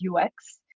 UX